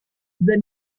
the